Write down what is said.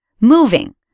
moving